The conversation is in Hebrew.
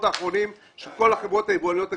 האחרונים של כל החברות היבואניות הגדולות,